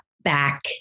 back